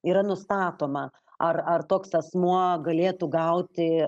yra nustatoma ar ar toks asmuo galėtų gauti